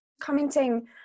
commenting